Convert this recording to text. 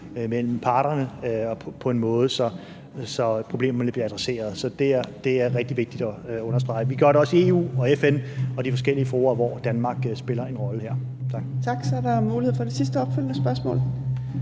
mellem parterne og på en måde, så problemerne bliver adresseret. Det er rigtig vigtigt at understrege. Vi gør det også i EU og i FN og i de forskellige fora, hvor Danmark spiller en rolle. Tak. Kl. 15:15 Fjerde næstformand (Trine Torp): Tak. Så er der mulighed for et sidste opfølgende spørgsmål.